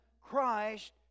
Christ